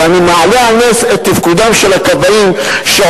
ואני מעלה על נס את תפקודם של הכבאים שעושים